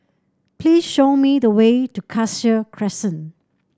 please show me the way to Cassia Crescent